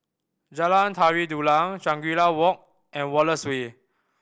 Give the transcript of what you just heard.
Jalan Tari Dulang Shangri La Walk and Wallace Way